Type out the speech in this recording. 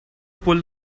pull